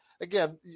again